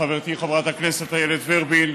לחברתי חברת הכנסת איילת ורבין,